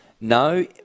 No